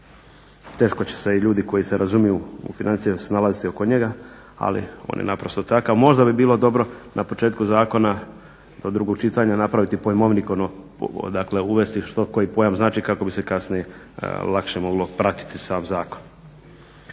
teško će se i ljudi koji se razumiju u financije snalaziti oko njega, ali on je naprosto takav. Možda bi bilo dobro na početku zakona do drugog čitanja napraviti pojmovnik, ono uvesti što koji pojam znači kako bi se kasnije lakše moglo pratiti sam zakon.